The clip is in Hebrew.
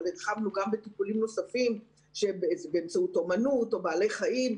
הרחבנו גם בטיפולים נוספים באמצעות אמנות או בעלי חיים,